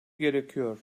gerekiyor